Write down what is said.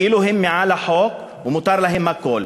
כאילו הם מעל החוק ומותר להם הכול.